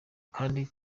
kandi